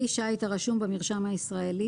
כלי שיט הרשום במרשם הישראלי